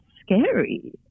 scary